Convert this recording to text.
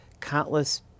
countless